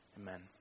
Amen